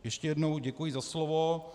Ještě jednou děkuji za slovo.